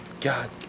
God